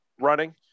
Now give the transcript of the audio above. running